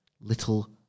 little